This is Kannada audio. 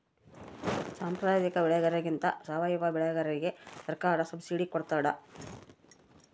ಸಾಂಪ್ರದಾಯಿಕ ಬೆಳೆಗಾರರಿಗಿಂತ ಸಾವಯವ ಬೆಳೆಗಾರರಿಗೆ ಸರ್ಕಾರ ಸಬ್ಸಿಡಿ ಕೊಡ್ತಡ